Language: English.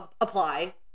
apply